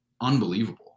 unbelievable